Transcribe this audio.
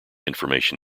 information